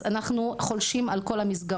אנחנו חולשים על כל המסגרות.